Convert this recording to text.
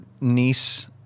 niece